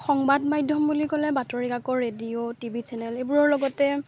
সংবাদ মাধ্যম বুলি ক'লে বাতৰিকাকত ৰেডিঅ' টিভি চেনেল এইবোৰৰ লগতে